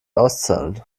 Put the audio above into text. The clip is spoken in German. auszahlen